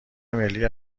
ملی